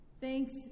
Thanks